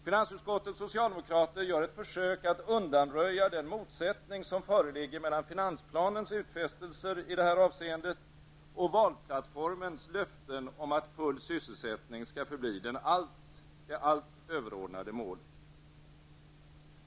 Finansutskottets socialdemokrater gör ett försök att undanröja den motsättning som föreligger mellan finansplanens utfästelser i detta avseende och valplattformens löften om att full sysselsättning skall förbli det allt överordnade målet.